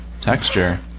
texture